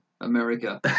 America